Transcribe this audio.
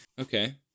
Okay